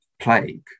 plague